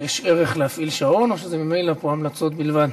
יש ערך להפעיל שעון, או שזה ממילא פה המלצות בלבד?